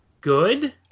good